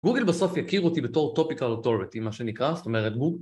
גוגל בסוף יכיר אותי בתור Topical Authority, מה שנקרא, זאת אומרת...